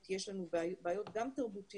יש לנו גם בעיות תרבותיות.